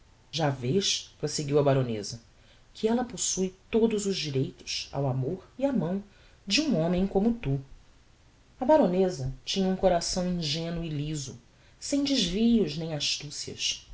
já vês proseguiu a baroneza que ella possue todos os direitos ao amor e á mão de um homem como tu a baroneza tinha um coração ingenuo e lizo sem desvios nem astucias